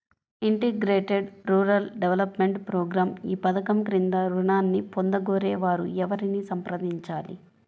Integrated rural development programme ఈ పధకం క్రింద ఋణాన్ని పొందగోరే వారు ఎవరిని సంప్రదించాలి?